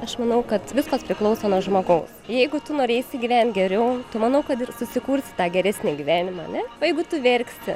aš manau kad viskas priklauso nuo žmogaus jeigu tu norėsi gyvent geriau tu manau kad ir susikurti tą geresnį gyvenimą ane o jeigu tu verksi